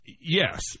Yes